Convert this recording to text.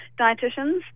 dietitians